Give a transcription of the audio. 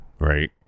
right